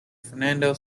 fernando